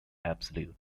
absolute